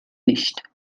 nicht